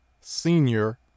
senior